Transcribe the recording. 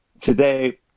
Today